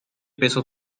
peso